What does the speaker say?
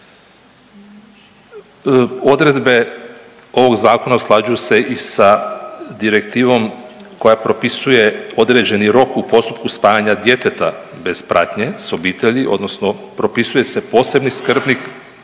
Odredbe ovog zakona usklađuju se i sa Direktivom koja propisuje određeni rok u postupku spajanja djeteta bez pratnje s obitelji odnosno propisuje se posebni skrbnik,